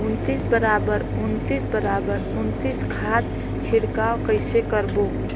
उन्नीस बराबर उन्नीस बराबर उन्नीस खाद छिड़काव कइसे करबो?